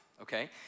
okay